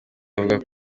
bavuga